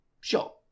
Sure